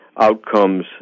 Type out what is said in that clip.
outcomes